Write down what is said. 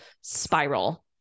spiral